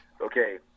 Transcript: Okay